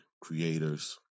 creators